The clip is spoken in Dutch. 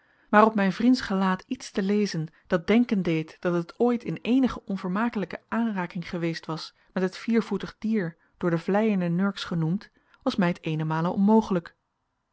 op mijn vriends gelaat iets te lezen dat denken deed dat het ooit in eenige on vermakelijke aanraking geweest was met het viervoetig dier door den vleienden nurks genoemd was mij t eenenmale onmogelijk